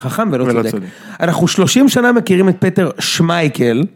חכם ולא צודק. -ולא צודק. אנחנו שלושים שנה מכירים את פטר שמייקל,